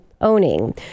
owning